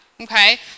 okay